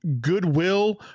goodwill